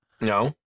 No